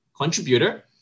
contributor